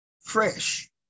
fresh